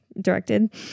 directed